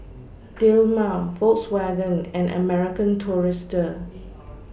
Dilmah Volkswagen and American Tourister